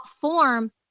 form